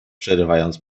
przerywając